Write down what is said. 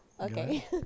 Okay